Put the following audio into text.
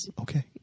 Okay